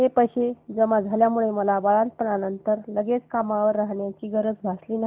हे पैसे जमा झाल्यानंतर माल बाळंतपणानंतर लगेच कामावर जाण्याची गरज भासली नाही